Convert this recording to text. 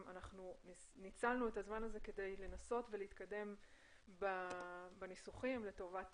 ניצלנו את הזמן כדי לנסות ולהתקדם בניסוחים לטובת